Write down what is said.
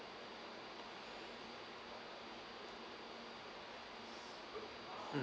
mm